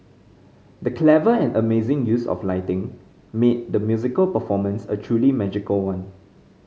the clever and amazing use of lighting made the musical performance a truly magical one